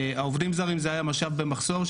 העובדים הזרים היו משאב במחסור,